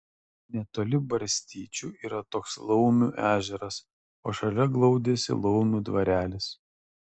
netoli barstyčių yra toks laumių ežeras o šalia glaudėsi laumių dvarelis